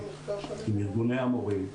עם ארגוני המורים,